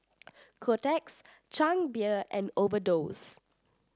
Kotex Chang Beer and Overdose